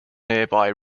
nearby